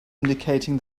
indicating